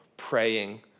praying